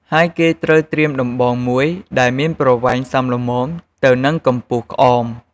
ហើយគេត្រូវត្រៀមដំបងមួយដែលមានប្រវែងសមល្មមទៅនិងកម្ពស់ក្អម។